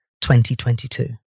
2022